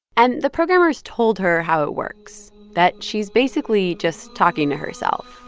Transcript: and the programmers told her how it works, that she's basically just talking to herself.